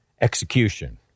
execution